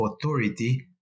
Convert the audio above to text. authority